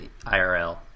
IRL